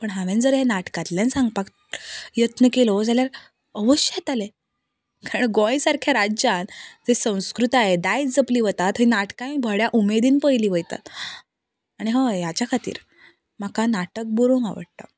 पण हांवें जर हें नाटकातल्यान सांगपाक यत्न केलो जाल्यार अवश्य येतले कारण गोंय सारक्या राज्यान जंय संस्कृताय दायज जपली वता थंय नाटकांक व्हडा उमेदीन पयली वयतात आनी हय हाच्या खातीर म्हाका नाटक बरोवंक आवडटा